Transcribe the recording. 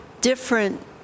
different